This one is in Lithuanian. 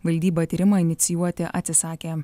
valdyba tyrimą inicijuoti atsisakė